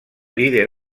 líder